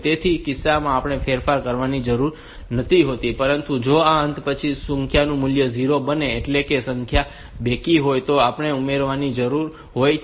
તેથી તે કિસ્સામાં આપણે ફેરફાર કરવાની જરૂર નથી હોતી પરંતુ જો આ અંત પછી સંખ્યાનું મૂલ્ય 0 બને તો એટલે કે સંખ્યા બેકી હોય તો આપણે તેને ઉમેરવાની જરૂર હોય છે